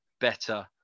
better